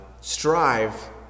strive